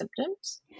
symptoms